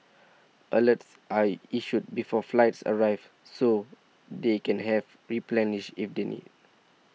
alerts are issued before flights arrive so they can have replenished if they need